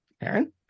Aaron